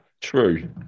True